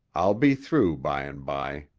i'll be through by and by.